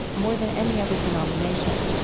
more than any other denomination.